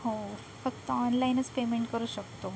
हो फक्त ऑनलाईनच पेमेंट करू शकतो